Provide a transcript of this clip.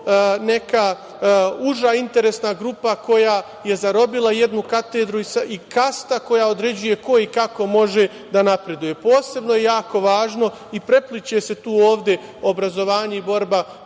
neka uža interesna grupa koja je zarobila jednu katedru i kasta koja određuje ko i kako može da napreduje. Posebno je jako važno i prepliće se tu ovde obrazovanje i borba